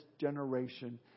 generation